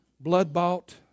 blood-bought